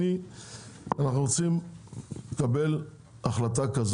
אנחנו רוצים לקבל החלטה,